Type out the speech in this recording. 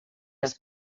els